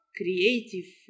creative